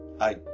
I